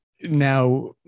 Now